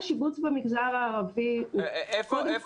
זה לא